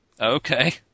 Okay